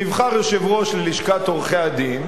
נבחר יושב-ראש ללשכת עורכי-הדין,